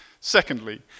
Secondly